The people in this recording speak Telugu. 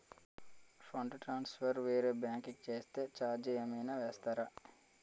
ఫండ్ ట్రాన్సఫర్ వేరే బ్యాంకు కి చేస్తే ఛార్జ్ ఏమైనా వేస్తారా?